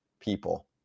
people